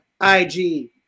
IG